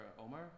Omar